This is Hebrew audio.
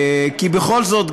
כי בכל זאת,